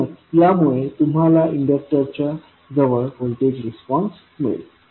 म्हणूनच यामुळे तुम्हाला इंडक्टरच्या जवळ व्होल्टेज रिस्पॉन्स मिळेल